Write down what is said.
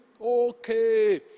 okay